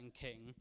king